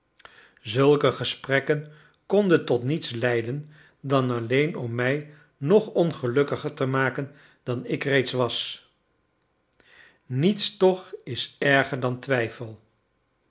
zulke gesprekken konden tot niets leiden dan alleen om mij nog ongelukkiger te maken dan ik reeds was niets toch is erger dan twijfel